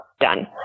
done